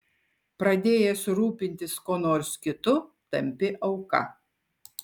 pradėjęs rūpintis kuo nors kitu tampi auka